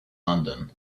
london